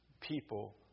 people